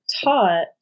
taught